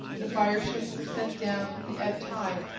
the fireships were sent down with the ebb-tide,